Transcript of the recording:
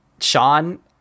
Sean